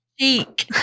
cheek